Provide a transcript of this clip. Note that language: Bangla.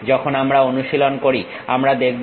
যখন আমরা অনুশীলন করি আমরা দেখবো